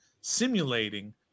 simulating